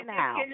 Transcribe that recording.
now